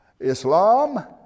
Islam